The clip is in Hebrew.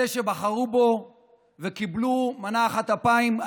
אלה שבחרו בו וקיבלו מנה אחת אפיים,